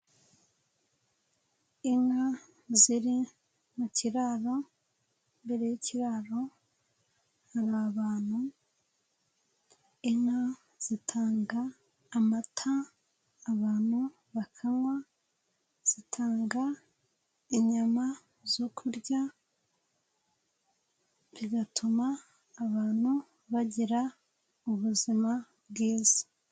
Inka ziri mu kiraro, Imbere y'ikiraro hari abantu, inka zitanga amata abantu bakanywa, zitanga inyama zo kurya, bigatuma abantu bagira ubuzima bwiza.